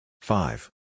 Five